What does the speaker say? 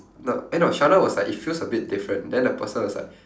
not eh no sheldon was like it feels a bit different then the person was like